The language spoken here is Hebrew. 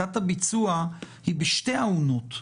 הוא בשתי האונות.